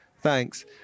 thanks